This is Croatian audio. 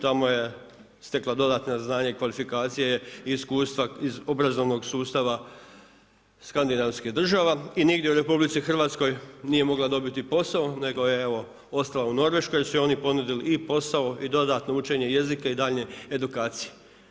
Tamo je stekla dodatna znanja i kvalifikacije i iskustva iz obrazovnog sustava skandinavskih država i nigdje u RH nije mogla dobiti posao nego je evo ostala u Norveškoj, jer su joj oni ponudili i posao i dodatno učenje jezika i daljnje edukacije.